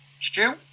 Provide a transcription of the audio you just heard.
Stu